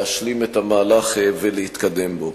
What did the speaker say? להשלים את המהלך ולהתקדם בו.